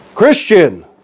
Christian